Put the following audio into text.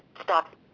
Stop